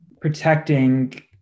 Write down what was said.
protecting